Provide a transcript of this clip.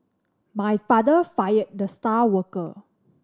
my father fired the star worker